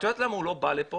את יודעת למה הוא לא בא לפה?